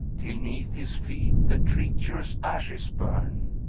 till neath his feet the treacherous ashes burn.